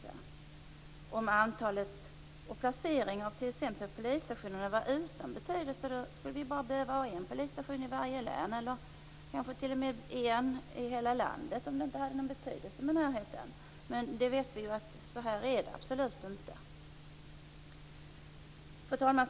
Om t.ex. antalet polisstationer och placeringen av polisstationerna var utan betydelse, så skulle vi ju bara behöva ha en polisstation i varje län eller t.o.m. en i hela landet - alltså om det här med närheten inte hade någon betydelse. Men vi vet ju att det absolut inte är så. Fru talman!